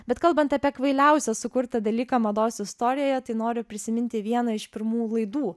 bet kalbant apie kvailiausią sukurtą dalyką mados istorijoje tai noriu prisiminti vieną iš pirmų laidų